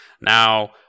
Now